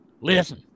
Listen